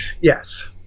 Yes